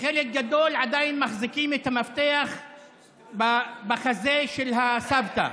וחלק גדול עדיין מחזיקים את המפתח בחזה של הסבתא,